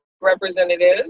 representative